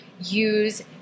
use